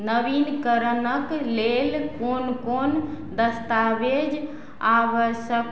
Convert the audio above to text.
नवीकरणक लेल कोन कोन दस्तावेज आवश्यक